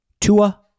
Tua